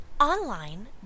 online